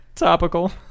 Topical